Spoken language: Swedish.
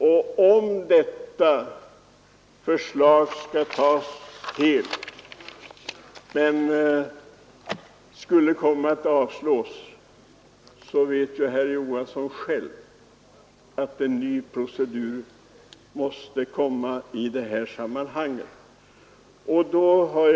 Och om det här förslaget avslås när lagförslaget behandlas i sin helhet, vet ju herr Johansson själv att en ny procedur i det här sammanhanget måste äga rum.